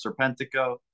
Serpentico